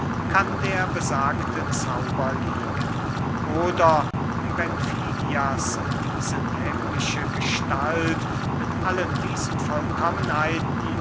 kann der besagte zauber liegen oder wenn fidias diese nehmliche gestalt mit allen diesen vollkommenheiten